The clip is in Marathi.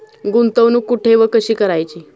गुंतवणूक कुठे व कशी करायची?